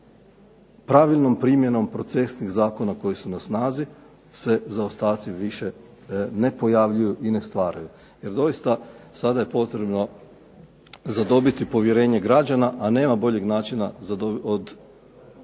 pravilnom primjenom procesnih zakona koji su na snazi se zaostaci više ne pojavljuju i ne stvaraju. Jer doista, sada je potrebno zadobiti povjerenje građana, a nema boljeg načina od toga